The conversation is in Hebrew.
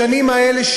בשנים האלה,